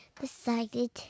decided